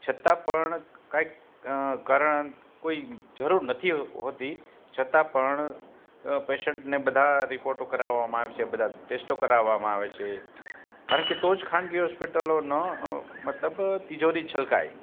છતાં પણ કાંઈક કારણ કોઈ જરૂર નથી હોતી છતાં પણ પેશન્ટને બધા રિપોટો કરાવામાં આવે છે બધા ટેસ્ટો કરાવામાં આવે છે કારણ કે તો જ ખાનગી હોસ્પિટલોનો મતલબ તિજોરી છલકાય